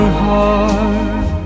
heart